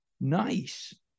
Nice